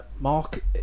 Mark